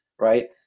right